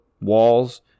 walls